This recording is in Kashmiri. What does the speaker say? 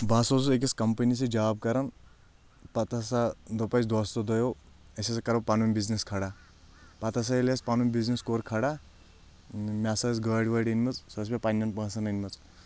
بہٕ ہسا اوسُس أکِس کَمپنی سۭتۍ جاب کران پتہٕ ہسا دوٚپ اَسہِ دوستو دۄیو أسۍ ہسا کرو پنُن بِزنس کھڑا پتہٕ ہسا ییٚلہِ أسۍ پنُن بِزنس کوٚر کھڑا مےٚ ہسا ٲسۍ گٲڑۍ وٲڑۍ أنۍ مٕژ سۄ ٲس مےٚ پنٕنؠن پوٚنٛسن أنۍ مٕژ